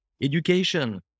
education